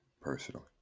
personally